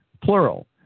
plural